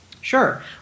Sure